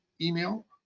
email